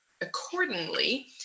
accordingly